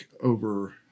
over